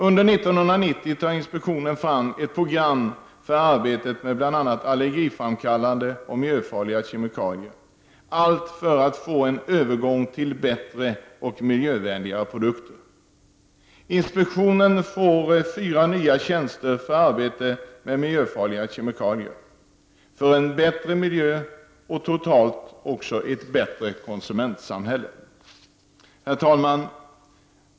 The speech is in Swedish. Under 1990 tar inspektionen fram ett program för arbetetet med bl.a. allergiframkallande och miljöfarliga kemikalier, allt för att få en övergång till bättre och miljövänligare produkter. Inspektionen får fyra nya tjänster för arbete med miljöfarliga kemikalier, för en bättre miljö och totalt också ett bättre konsumentsamhälle. Herr talman!